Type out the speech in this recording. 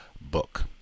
book